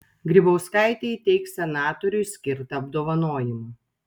grybauskaitė įteiks senatoriui skirtą apdovanojimą